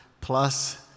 plus